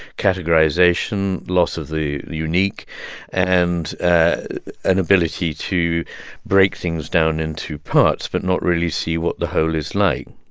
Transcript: categorization, loss of the unique and an ability to break things down into parts but not really see what the whole is like.